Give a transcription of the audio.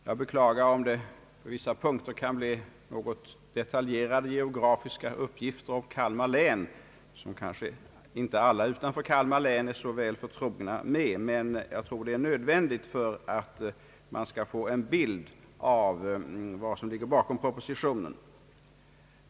Jag beklagar om det på vissa punkter kan bli något detaljerade geografiska uppgifter om Kalmar län, som kanske inte alla utanför länet är så väl förtrogna med, men jag tror det är nödvändigt för att man skall få en bild av vad som ligger bakom propositionen.